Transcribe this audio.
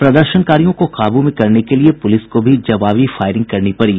प्रदर्शनकारियों को काबू में करने के लिए पुलिस को भी जवाबी फायरिंग करनी पड़ी